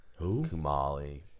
Kumali